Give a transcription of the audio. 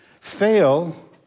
fail